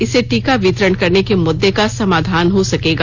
इससे टीका वितरण करने के मुद्दे का समाधान हो सकेगा